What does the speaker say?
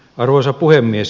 arvoisa puhemies